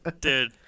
Dude